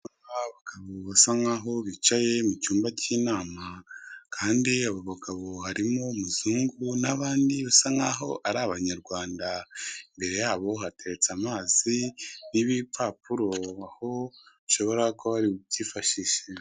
Abagabo basa nkaho bicaye mu cyumba cy'inama, kandi abo bagabo harimo umuzungu n'abandi basa nkaho ari abanyarwanda, imbere yabo hateretse amazi n'ibipapuro aho ushobora kuba bari bubyifashishe.